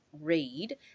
read